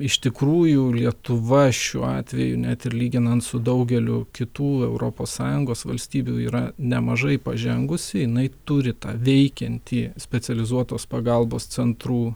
iš tikrųjų lietuva šiuo atveju net ir lyginant su daugeliu kitų europos sąjungos valstybių yra nemažai pažengusi jinai turi tą veikiantį specializuotos pagalbos centrų